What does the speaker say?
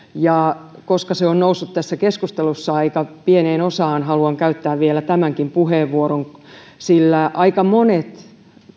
ja koska se on noussut tässä keskustelussa aika pieneen osaan haluan käyttää vielä tämänkin puheenvuoron sillä aika monet